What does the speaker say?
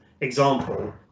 example